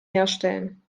herstellen